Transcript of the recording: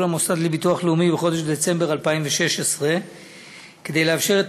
למוסד לביטוח לאומי בחודש דצמבר 2016 כדי לאפשר את